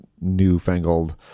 newfangled